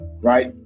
Right